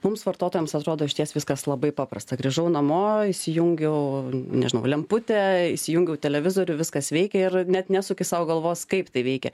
mums vartotojams atrodo išties viskas labai paprasta grįžau namo įsijungiau nežinau lemputę įsijungiau televizorių viskas veikia ir net nesuki sau galvos kaip tai veikia